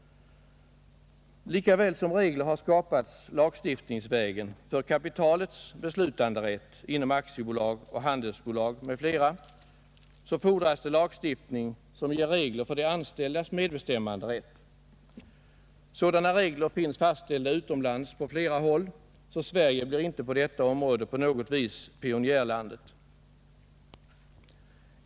Lika väl som regler skapats lagstiftningsvägen för ”kapitalets” beslutanderätt inom aktiebolag, handelsbolag m.fl. fordras lagstiftning som ger regler för de anställdas medbestämmanderätt. Sådana regler finns fastställda utomlands på flera håll, så Sverige blir på detta område inte pionjärlandet.